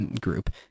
group